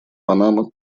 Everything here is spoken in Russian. панама